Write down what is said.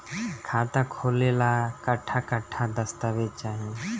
खाता खोले ला कट्ठा कट्ठा दस्तावेज चाहीं?